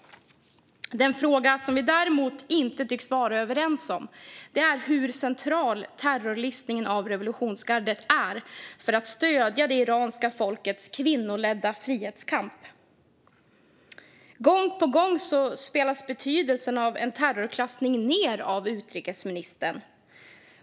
Den fråga som vi däremot inte tycks vara överens om är hur central terrorlistningen av revolutionsgardet är för att stödja det iranska folkets kvinnoledda frihetskamp. Gång på gång spelas betydelsen av en terrorklassning ned av utrikesministern.